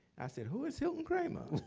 i said, who is hilton kramer?